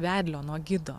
vedlio nuo gido